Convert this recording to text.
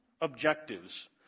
objectives